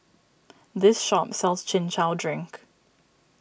this shop sells Chin Chow Drink